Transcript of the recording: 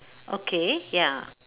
okay ya